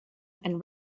and